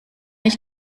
ich